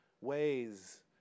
ways